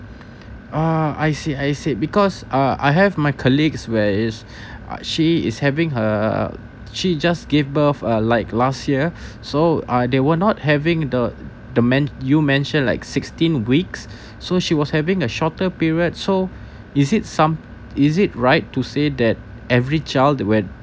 uh I see I see because uh I have my colleagues where is uh she is having her she's just gave birth uh like last year so uh they were not having the the man you mention like sixteen weeks so she was having a shorter period so is it some is it right to say that every child with